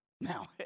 Now